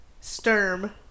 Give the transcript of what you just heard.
Sturm